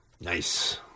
Nice